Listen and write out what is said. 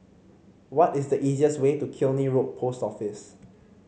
what is the easiest way to Killiney Road Post Office